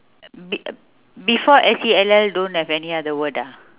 uh be~ uh before S E L L don't have any other word ah